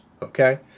okay